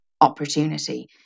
opportunity